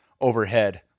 overhead